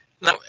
Now